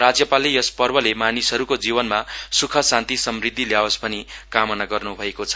राज्यपालले यस पर्वले मानिसहरुको जीवनमा सूख शान्ति समृद्धि ल्यावस भनि कामना गर्न् भएको छ